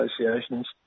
Associations